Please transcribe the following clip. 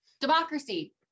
democracy